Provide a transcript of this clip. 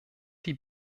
die